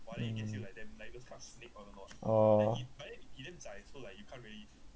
mm oh